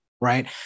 right